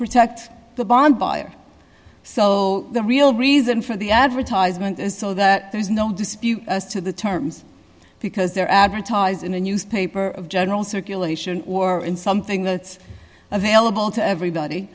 protect the bond buyer so the real reason for the advertisement is so that there's no dispute as to the terms because they're advertised in a newspaper of general circulation or in something that's available to everybody